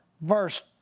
Verse